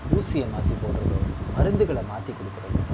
ஊசியை மாற்றி போடுவது மருந்துகளை மாற்றி கொடுக்குறது